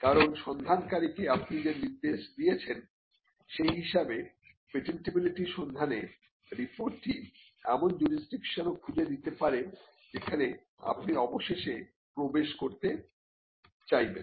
কারন সন্ধানকারীকে আপনি যে নির্দেশ দিয়েছেন সেই হিসেবে পেটেন্টিবিলিটি সন্ধানে রিপোর্টটি এমন জুরিসডিকশন ও খুঁজে দিতে পারে যেখানে আপনি অবশেষে প্রবেশ করতে চাইবেন